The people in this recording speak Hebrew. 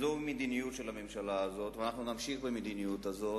זו מדיניות של הממשלה הזאת ואנחנו נמשיך במדיניות הזאת,